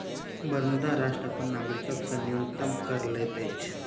Bermuda राष्ट्र अपन नागरिक से न्यूनतम कर लैत अछि